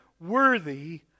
worthy